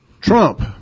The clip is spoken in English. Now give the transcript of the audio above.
Trump